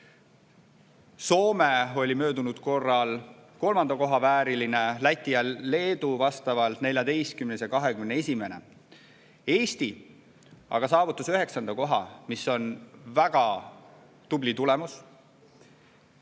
Soome oli möödunud korral kolmanda koha vääriline, Läti ja Leedu olid vastavalt 14. ja 21. Eesti aga saavutas 9. koha, see on väga tubli tulemus.